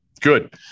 good